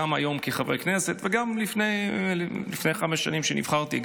גם היום כחבר כנסת וגם לפני חמש שנים כשנבחרתי.